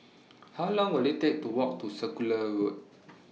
How Long Will IT Take to Walk to Circular Road